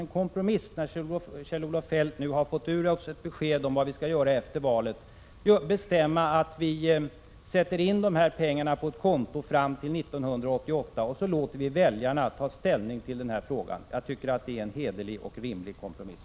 När nu Kjell-Olof Feldt har fått ur sig ett besked om vad han ville göra efter valet, varför kan vi inte då som en kompromiss sätta in pengarna på konto fram till 1988 och låta väljarna då ta ställning till denna fråga? Jag tycker det är en hederlig och rimlig kompromiss.